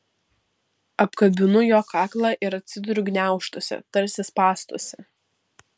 apkabinu jo kaklą ir atsiduriu gniaužtuose tarsi spąstuose